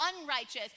unrighteous